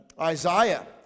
Isaiah